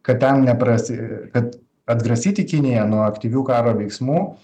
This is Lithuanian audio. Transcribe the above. kad ten neprasti kad atgrasyti kiniją nuo aktyvių karo veiksmų